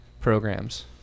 programs